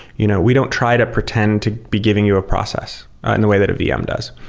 you know we don't try to pretend to be giving you a process in the way that a vm does.